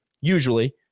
Usually